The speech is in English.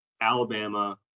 Alabama